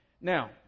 Now